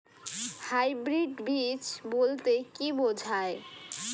Hybrid বীজ বলতে কী বোঝায়?